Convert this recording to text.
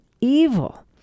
evil